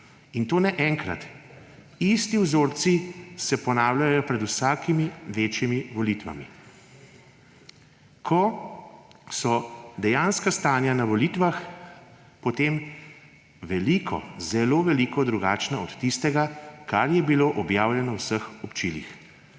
In to ne enkrat, isti vzorci se ponavljajo pred vsakimi večjimi volitvami – ko so dejanska stanja na volitvah zelo drugačna od tistega, kar je bilo objavljeno v vseh občilih